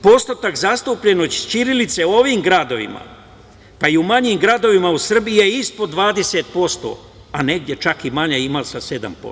Postotak zastupljenost ćirilice u ovom gradovima, pa i u manjim gradovima u Srbije i ispod 20%, a negde čak i manje, ima i sa 7%